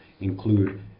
include